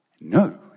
No